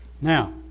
Now